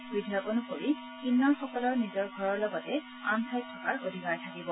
বিধেয়ক অনুসৰি কিন্নড়সকলৰ নিজৰ ঘৰৰ লগতে আন ঠাইত থকাৰ অধিকাৰ থাকিব